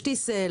"שטיסל",